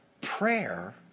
Prayer